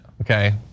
okay